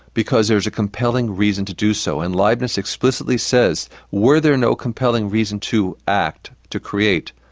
because there is a compelling reason to do so. and leibniz explicitly says were there no compelling reason to act to create,